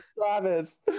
Travis